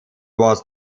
was